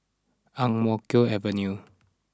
Ang Mo Kio Avenue